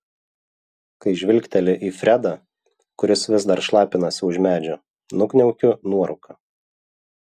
kai žvilgteli į fredą kuris vis dar šlapinasi už medžio nukniaukiu nuorūką